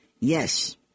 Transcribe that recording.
Yes